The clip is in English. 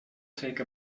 take